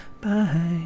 Bye